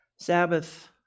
Sabbath